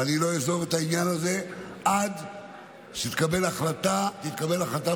ואני לא אעזוב את העניין הזה עד שתתקבל החלטה בממשלה.